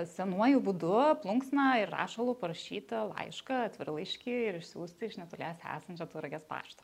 senuoju būdu plunksna ir rašalu parašyti laišką atvirlaiškį ir išsiųsti iš netoliese esančio tauragės pašto